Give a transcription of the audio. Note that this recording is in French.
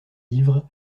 ivres